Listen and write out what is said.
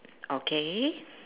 okay